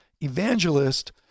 evangelist